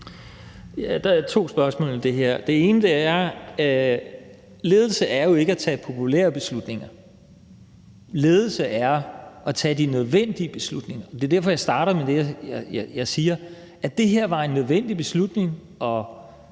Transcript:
Der er to spørgsmål i det her. Det ene er, at ledelse jo ikke er at tage populære beslutninger; ledelse er at tage de nødvendige beslutninger. Det er derfor, jeg starter med det, jeg siger, nemlig at det her var en nødvendig beslutning